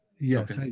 yes